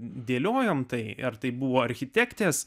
dėliojome tai ar tai buvo architektės